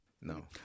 No